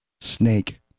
Snake